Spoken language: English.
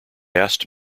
asked